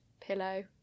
pillow